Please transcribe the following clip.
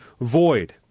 void